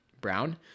Brown